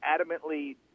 adamantly